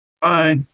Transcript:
Bye